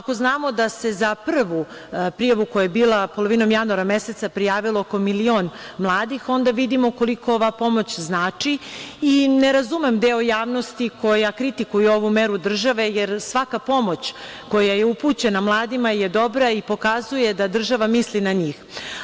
Ako znamo da se za prvu prijavu koja je bila polovinom januara meseca prijavilo oko milion mladih, onda vidimo koliko ova pomoć znači i ne razumem deo javnosti koja kritikuje ovu meru države, jer svaka pomoć koja je upućena mladima je dobra i pokazuje da država misli na njih.